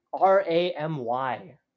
R-A-M-Y